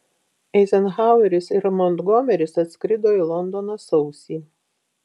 eizenhaueris ir montgomeris atskrido į londoną sausį